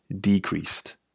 decreased